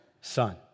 son